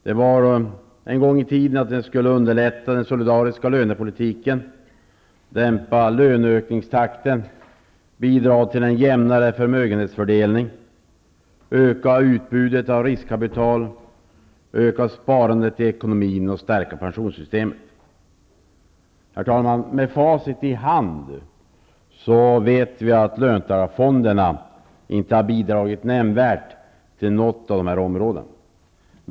De var en gång i tiden meningen att fonderna skulle underlätta den solidariska lönepolitiken, dämpa löneökningstakten, bidra till en jämnare förmögenhetsfördelning, öka utbudet av riskkapital, öka sparandet i ekonomin och stärka pensionssystemet. Herr talman! Med facit i hand vet vi att löntagarfonderna inte har bidragit nämnvärt till något på de här områdena.